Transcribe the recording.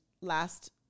last